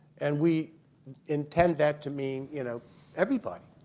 and we intend that to mean you know everybody.